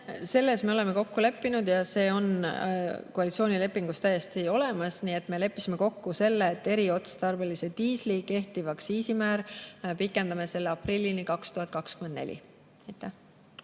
Selles me oleme kokku leppinud ja see on koalitsioonilepingus täiesti olemas. Me leppisime kokku selle, et eriotstarbelise diisli kehtivat aktsiisimäära me pikendame aprillini 2024.